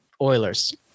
Oilers